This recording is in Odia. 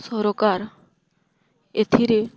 ସରକାର ଏଥିରେ